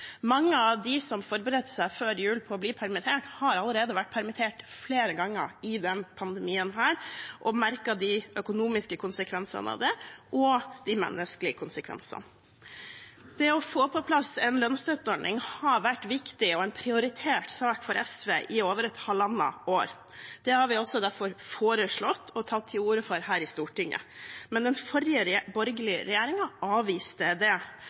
Mange av dem som før jul forberedte seg på å bli permittert, har allerede vært permittert flere ganger i denne pandemien og merket de økonomiske og de menneskelige konsekvensene av det. Det å få på plass en lønnsstøtteordning har vært viktig og en prioritert sak for SV i over halvannet år. Det har vi derfor også foreslått og tatt til orde for her i Stortinget, men den forrige, borgerlige regjeringen avviste det.